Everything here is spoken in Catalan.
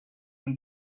amb